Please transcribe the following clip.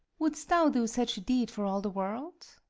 wouldst thou do such a deed for all the world?